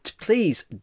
please